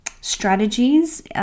strategies